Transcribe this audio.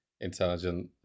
intelligent